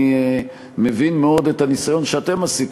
אני מבין מאוד את הניסיון שאתם עשיתם,